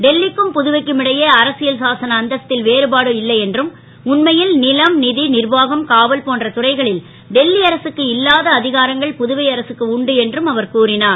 டெல்லிக்கும் புதுவைக்கும் இடையே அரசியல் சாசன அந்தஸ் ல் வேறுபாடு இல்லை என்றும் உண்மை ல் லம் ர்வாகம் காவல் போன்ற துறைகளில் டெல்லி அரசுக்கு இல்லாத அ காரங்கள் புதுவை அரசுக்கு உண்டு என்றும் அவர் கூறினார்